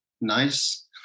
nice